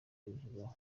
ibivugaho